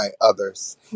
others